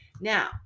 Now